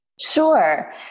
Sure